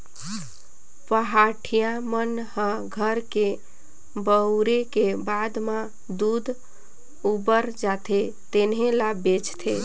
पहाटिया मन ह घर के बउरे के बाद म दूद उबर जाथे तेने ल बेंचथे